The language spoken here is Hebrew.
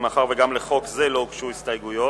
מאחר שגם לחוק זה לא הוגשו הסתייגויות.